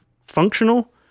functional